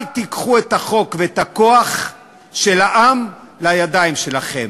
אל תיקחו את החוק ואת הכוח של העם לידיים שלכם.